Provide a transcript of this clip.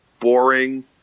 Boring